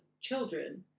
children